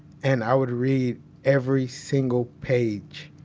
and i would read every single page,